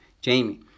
Jamie